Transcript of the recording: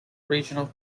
regional